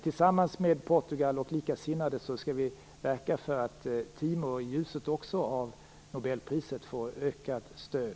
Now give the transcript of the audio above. Tillsammans med Portugal och likasinnade skall vi verka för att Timor också i ljuset av Nobelpriset får ökat stöd.